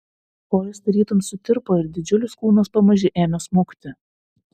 kojos tarytum sutirpo ir didžiulis kūnas pamaži ėmė smukti